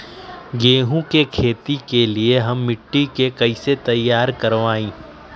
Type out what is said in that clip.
गेंहू की खेती के लिए हम मिट्टी के कैसे तैयार करवाई?